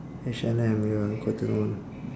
H&M ya cotton on